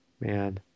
man